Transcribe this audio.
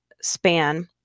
span